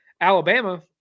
Alabama